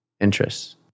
interests